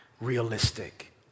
realistic